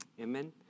Amen